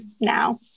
now